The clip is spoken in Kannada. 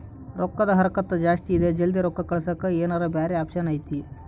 ರೊಕ್ಕದ ಹರಕತ್ತ ಜಾಸ್ತಿ ಇದೆ ಜಲ್ದಿ ರೊಕ್ಕ ಕಳಸಕ್ಕೆ ಏನಾರ ಬ್ಯಾರೆ ಆಪ್ಷನ್ ಐತಿ?